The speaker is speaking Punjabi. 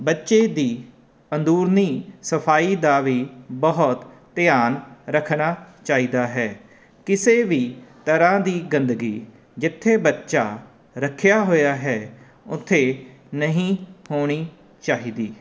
ਬੱਚੇ ਦੀ ਅੰਦਰੂਨੀ ਸਫਾਈ ਦਾ ਵੀ ਬਹੁਤ ਧਿਆਨ ਰੱਖਣਾ ਚਾਹੀਦਾ ਹੈ ਕਿਸੇ ਵੀ ਤਰ੍ਹਾਂ ਦੀ ਗੰਦਗੀ ਜਿੱਥੇ ਬੱਚਾ ਰੱਖਿਆ ਹੋਇਆ ਹੈ ਉੱਥੇ ਨਹੀਂ ਹੋਣੀ ਚਾਹੀਦੀ